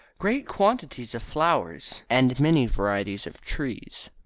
great quantities of flowers and many varieties of trees.